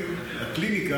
לבנות אותם,